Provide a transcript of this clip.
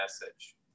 message